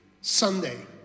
Sunday